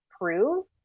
prove